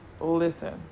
Listen